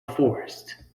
forest